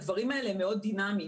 הדברים האלה מאוד דינמיים,